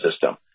system